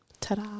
ta-da